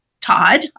Todd